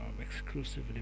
exclusively